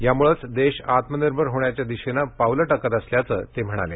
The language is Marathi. यामुळेच देश आत्मनिर्भर होण्याच्या दिशेने पावलं टाकत असल्याचं ते म्हणाले